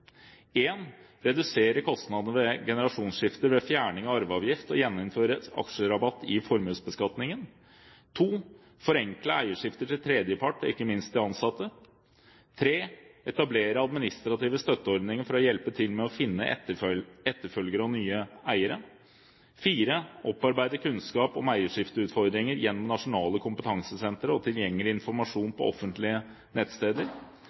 en strategi for eierskifte i små og mellomstore bedrifter: redusere kostnadene ved generasjonsskifter ved fjerning av arveavgift og gjeninnføre aksjerabatt i formuesbeskatningen forenkle eierskifter til tredjepart og ikke minst til ansatte etablere administrative støtteordninger for å hjelpe til med å finne etterfølgere og nye eiere opparbeide kunnskap om eierskifteutfordringer gjennom nasjonale kompetansesentre og tilgjengelig informasjon på offentlige nettsteder